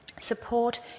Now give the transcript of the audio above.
Support